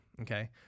okay